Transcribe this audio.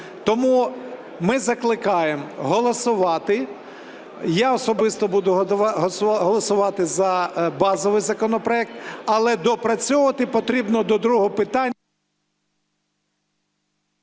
Тому ми закликаємо голосувати, я особисто буду голосувати за базовий законопроект, але доопрацьовувати потрібно до другого…